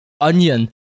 onion